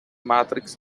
matrix